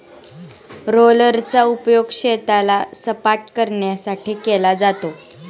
रोलरचा उपयोग शेताला सपाटकरण्यासाठी केला जातो